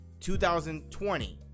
2020